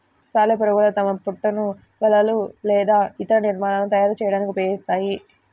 సాలెపురుగులు తమ పట్టును వలలు లేదా ఇతర నిర్మాణాలను తయారు చేయడానికి ఉపయోగిస్తాయి